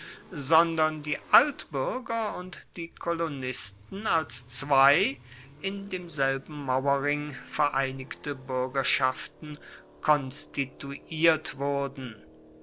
sondern die altbürger und die kolonisten als zwei in demselben mauerring vereinigte bürgerschaften konstituiert wurden